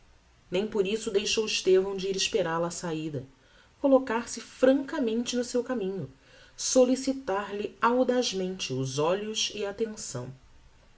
nem por isso deixou estavão de ir esperal a á saida collocar-se francamente no seu caminho sollicitar lhe audazmente os olhos e attenção